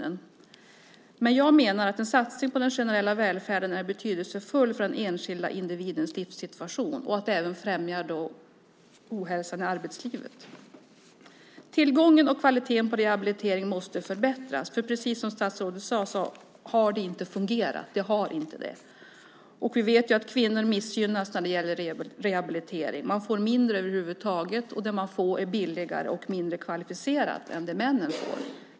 Men jag menar att en satsning på den generella välfärden är betydelsefull för den enskilda individens livssituation och även främjar hälsan i arbetslivet. Tillgången och kvaliteten på rehabilitering måste förbättras. Precis som statsrådet sade har det inte fungerat, det har det inte gjort. Vi vet att kvinnor missgynnas när det gäller rehabilitering. Man får mindre över huvud taget, och det man får är billigare och mindre kvalificerat än det männen får.